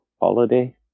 holiday